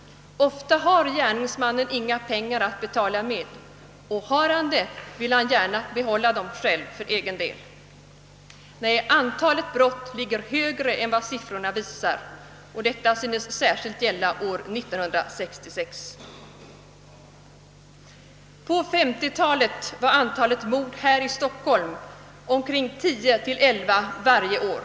Ofta har gärningsmannen inga pengar att betala med, och har han det vill han gärna behålla dem för egen del. Nej, antalet brott är större än vad siffrorna visar, och det synes särskilt gälla år 1966. På 1950-talet var antalet mord i Stockholm 10 å 11 per år.